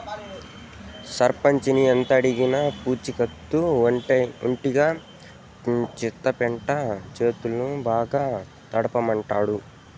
సర్పంచిని ఎంతడిగినా పూచికత్తు ఒట్టిగా పెట్టడంట, చేతులు బాగా తడపమంటాండాడు